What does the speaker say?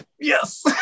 yes